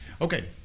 Okay